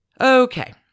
Okay